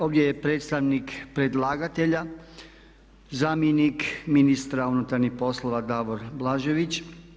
Ovdje je predstavnik predlagatelja, zamjenik ministra unutarnjih poslova Davor Blažević.